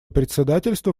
председательство